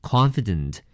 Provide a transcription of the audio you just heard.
Confident